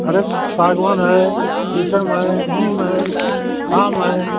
अरे सागौन है शीशम है नीम है आम है